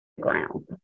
ground